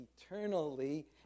eternally